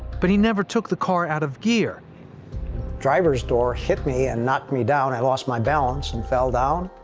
but he never took the car out of gear. the driver's door hit me and knocked me down. i lost my balance and fell down.